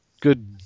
good